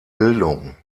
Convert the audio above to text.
bildung